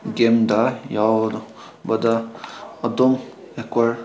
ꯒꯦꯝꯗ ꯌꯥꯎꯔꯨꯕꯗ ꯑꯗꯨꯝ ꯑꯦꯀ꯭ꯋꯥꯔ